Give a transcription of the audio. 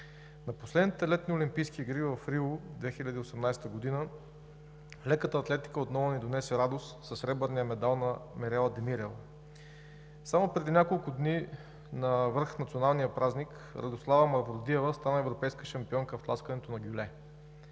На последните летни Олимпийски игри в Рио – 2018 г., леката атлетика отново ни донесе радост със сребърния медал на Мирела Демирева. Само преди няколко дни – навръх националния празник, Радослава Мавродиева стана европейска шампионка в тласкането на гюле.